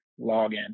login